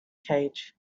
cage